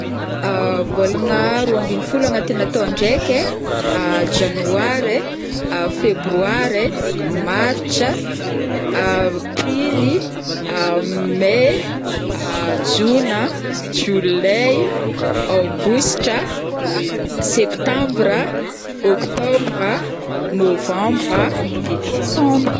volagna roa ambiny fôlo agnatina taon-draiky ai: Janoary e, febroary e, martsa, aprily, may, Jona, Jolay, aogositra, septembra, octobra, novembra, de desambra,